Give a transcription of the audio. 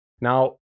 Now